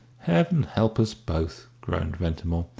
heaven help us both! groaned ventimore.